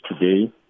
today